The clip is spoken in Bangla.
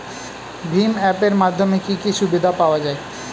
ভিম অ্যাপ এর মাধ্যমে কি কি সুবিধা পাওয়া যায়?